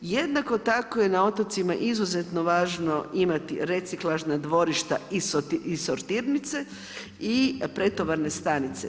Jednako tako je na otocima izuzetno važno imati reciklažna dvorišta i sortirnice i pretovarne stanice.